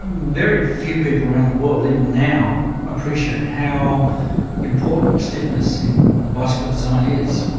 very few people around the world, even now, appreciate how important stiffness in bicycle design is.